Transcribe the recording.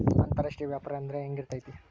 ಅಂತರಾಷ್ಟ್ರೇಯ ವ್ಯಾಪಾರ ಅಂದ್ರೆ ಹೆಂಗಿರ್ತೈತಿ?